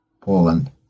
Poland